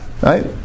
Right